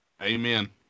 Amen